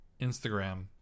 Instagram